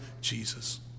Jesus